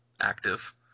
active